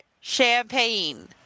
champagne